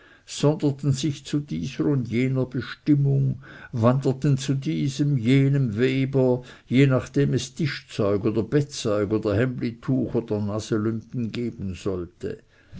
sonderten sich zu dieser und jener bestimmung wanderten zu diesem jenem weber je nachdem es tischzeug oder bettzeug oder hemlituch oder naselümpen geben sollte